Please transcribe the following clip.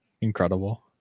Incredible